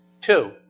Two